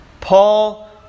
Paul